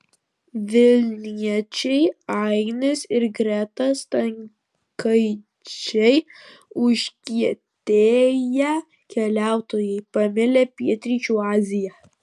vilniečiai ainis ir greta stankaičiai užkietėję keliautojai pamilę pietryčių aziją